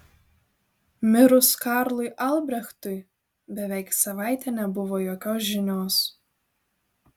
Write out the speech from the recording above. mirus karlui albrechtui beveik savaitę nebuvo jokios žinios